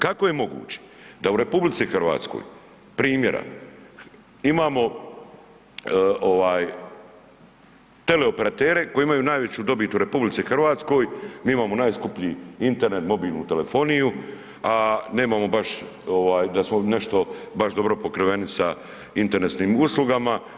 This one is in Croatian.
Kako je moguće da u RH primjera imamo ovaj teleoperatere koji imaju najveću dobit u RH, mi imamo najskuplji internet, mobilnu telefoniju, a nemamo baš ovaj da smo nešto baš dobro pokriveni sa internetskim uslugama.